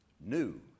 new